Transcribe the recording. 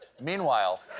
Meanwhile